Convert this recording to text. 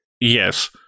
Yes